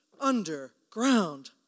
underground